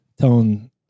telling